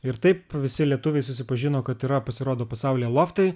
ir taip visi lietuviai susipažino kad yra pasirodo pasaulyje loftai